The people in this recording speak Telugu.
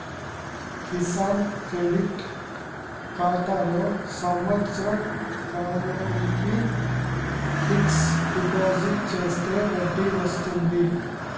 కిసాన్ క్రెడిట్ ఖాతాలో సంవత్సర కాలానికి ఫిక్స్ డిపాజిట్ చేస్తే వడ్డీ వస్తుంది